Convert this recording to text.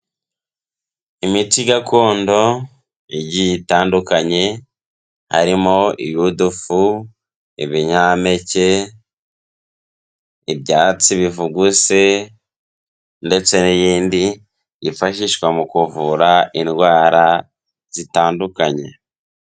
Imiti gakondo igiye itandukanye harimo iy'udufu, ibinyampeke, ibyatsi bivuguse ndetse n'iyindi yifashishwa mu kuvura indwara zitandukanye.